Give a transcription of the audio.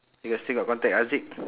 you got still got contact haziq